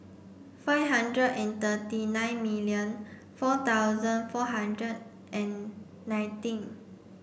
five hundred and thirty nine million four thousand four hundred and nineteen